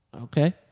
Okay